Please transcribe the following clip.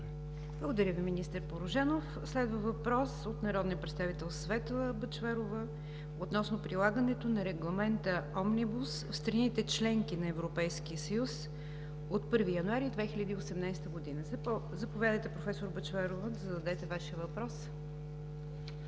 Благодарим Ви, министър Порожанов. Следва въпрос от народния представител Светла Бъчварова относно прилагането на регламента „Омнибус“ в страните – членки на Европейския съюз, от 1 януари 2018 г. Заповядайте, професор Бъчварова, да зададете Вашия въпрос.